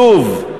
לוב,